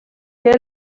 que